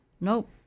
Nope